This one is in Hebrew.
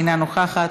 אינה נוכחת.